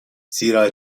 زیرا